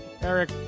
eric